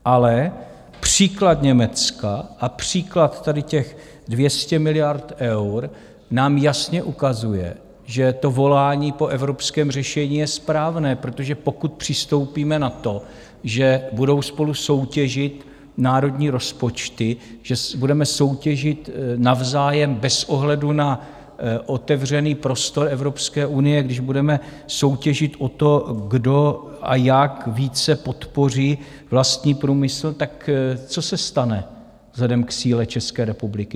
Ale příklad Německa a příklad tady těch 200 miliard eur nám jasně ukazuje, že volání po evropském řešení je správné, protože pokud přistoupíme na to, že budou spolu soutěžit národní rozpočty, že budeme soutěžit navzájem bez ohledu na otevřený prostor Evropské unie, když budeme soutěžit o to, kdo a jak více podpoří vlastní průmysl, tak co se stane vzhledem k síle České republiky?